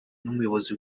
n’umuyobozi